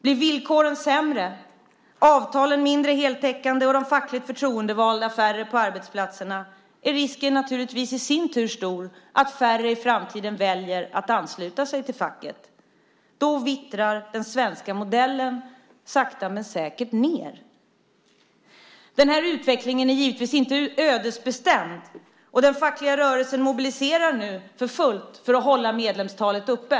Om villkoren blir sämre, avtalen mindre heltäckande och de fackligt förtroendevalda färre på arbetsplatserna är risken naturligtvis stor att färre i framtiden väljer att ansluta sig till facket. Då vittrar den svenska modellen sakta men säkert ned. Den här utvecklingen är givetvis inte ödesbestämd. Den fackliga rörelsen mobiliserar nu för fullt för att hålla medlemstalet uppe.